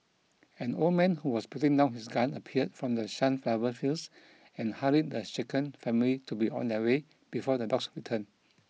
an old man who was putting down his gun appeared from the sunflower fields and hurried the shaken family to be on their way before the dogs return